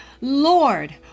Lord